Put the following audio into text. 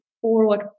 forward